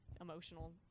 emotional